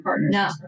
No